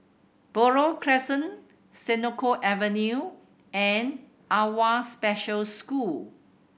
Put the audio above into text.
Buroh Crescent Senoko Avenue and AWWA Special School